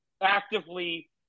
actively